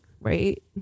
right